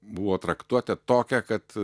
buvo traktuotė tokia kad